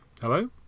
Hello